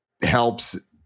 helps